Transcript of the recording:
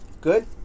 Good